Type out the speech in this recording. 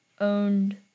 owned